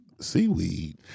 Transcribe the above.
seaweed